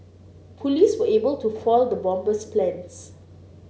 police were able to foil the bomber's plans